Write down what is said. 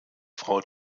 frau